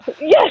Yes